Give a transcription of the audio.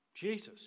Jesus